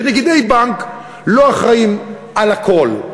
כי נגידי בנק לא אחראים להכול.